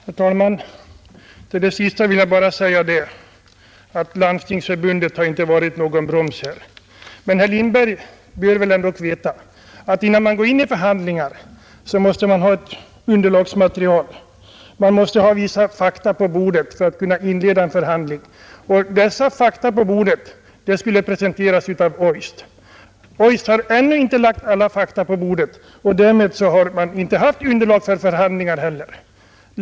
Herr talman! Till det sista som här sades vill jag bara tillägga att Landstingsförbundet inte har varit någon broms i detta fall. Herr Lindberg bör ändå veta, att innan man går in i en förhandling måste man ha ett underlagsmaterial. Man måste kunna lägga vissa fakta på bordet för att kunna inleda en förhandling. Och dessa fakta skulle presenteras av OJST. Men OJST har ännu inte lagt alla fakta på bordet, och därför har man inte heller haft något underlag för förhandlingar.